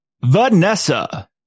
Vanessa